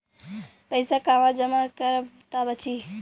पैसा कहवा जमा करब त बची?